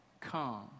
come